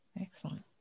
Excellent